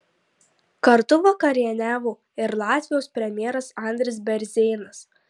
kartu vakarieniavo ir latvijos premjeras andris bėrzinis